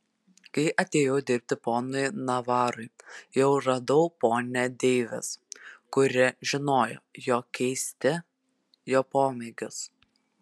kai atėjau dirbti ponui navarui jau radau ponią deivis kuri žinojo jo keisti jo pomėgius